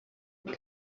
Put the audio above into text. bwa